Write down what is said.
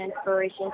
inspiration